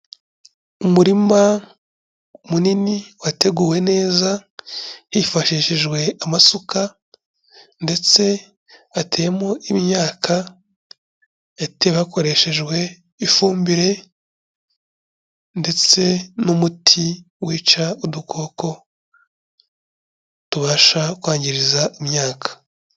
Umurima munini wateguwe neza hifashishijwe amasuka ndetse hateyemo imyaka, yatewe hakoreshejwe ifumbire ndetse n'umuti wica udukoko tubasha kwangiriza imyaka.